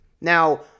Now